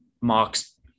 Mark's